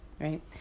Right